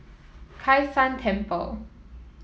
Kai San Temple